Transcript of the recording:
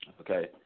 Okay